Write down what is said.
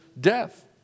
death